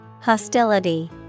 Hostility